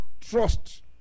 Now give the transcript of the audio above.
trust